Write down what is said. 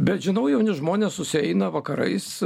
bet žinau jauni žmonės susieina vakarais